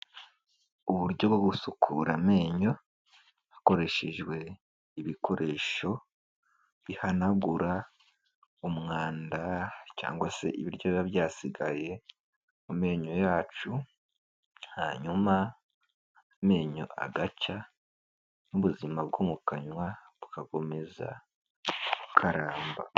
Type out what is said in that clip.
Uburyo bwo gusukura amenyo hakoreshejwe ibikoresho bihanagura umwanda cyangwa se ibiryo biba byasigaye mu menyo yacu, hanyuma amenyo agacya n'ubuzima bwo mu kanwa bugakomeza bukaramba.